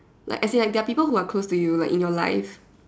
like as in like there are people who are close to you like you know life